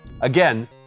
Again